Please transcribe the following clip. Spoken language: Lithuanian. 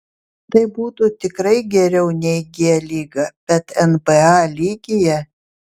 tai būtų tikrai geriau nei g lyga bet nba lygyje